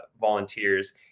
volunteers